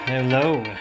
Hello